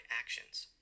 actions